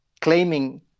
claiming